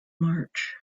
march